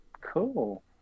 Cool